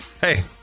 hey